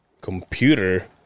computer